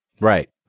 Right